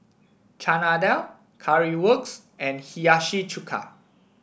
Chana Dal Currywurst and Hiyashi Chuka